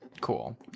Cool